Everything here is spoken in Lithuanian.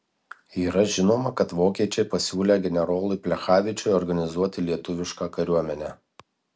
yra žinoma kad vokiečiai pasiūlę generolui plechavičiui organizuoti lietuvišką kariuomenę